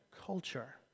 culture